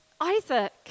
Isaac